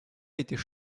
était